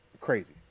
crazy